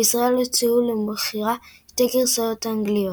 בישראל הוצעו למכירה שתי הגרסאות האנגליות.